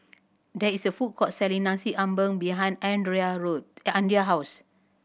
there is a food court selling Nasi Ambeng behind Road the Andrae house